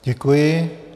Děkuji.